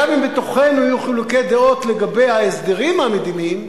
גם אם יהיו בתוכנו חילוקי דעות לגבי ההסדרים המדיניים.